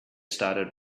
started